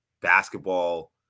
basketball